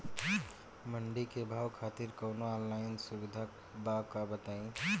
मंडी के भाव खातिर कवनो ऑनलाइन सुविधा बा का बताई?